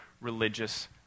religious